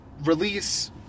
release